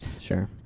Sure